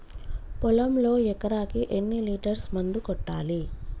పొలంలో ఎకరాకి ఎన్ని లీటర్స్ మందు కొట్టాలి?